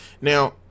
Now